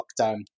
lockdown